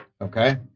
Okay